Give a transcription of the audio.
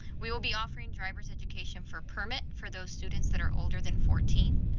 we will be offering drivers education for permit for those students that are older than fourteen.